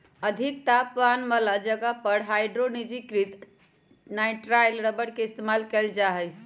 अधिक तापमान वाला जगह पर हाइड्रोजनीकृत नाइट्राइल रबर के इस्तेमाल कइल जा हई